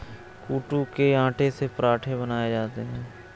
कूटू के आटे से पराठे बनाये जाते है